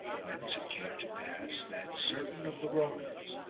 whence it came to pass that certain of the romans,